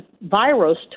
virus